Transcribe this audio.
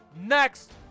next